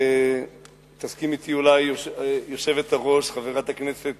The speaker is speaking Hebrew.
תסכים אתי אולי היושבת-ראש חברת הכנסת